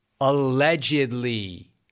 allegedly